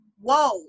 Whoa